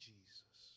Jesus